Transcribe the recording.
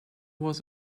was